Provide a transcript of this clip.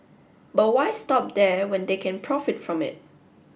but why stop there when they can profit from it